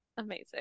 amazing